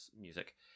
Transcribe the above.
music